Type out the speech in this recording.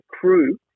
crew